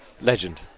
Legend